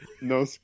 No